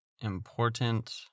Important